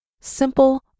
simple